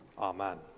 Amen